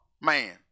man